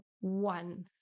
one